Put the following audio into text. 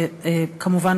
וכמובן,